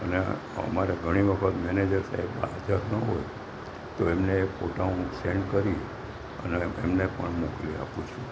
અને અમારે ઘણી વખત મેનેજર સહેબ હાજર ન હોય તો એમને એ ફોટા હું સેન્ડ કરી અને એમને પણ મોકલી આપું છું